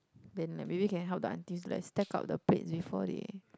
then like maybe can help the aunties like stack up the plates before they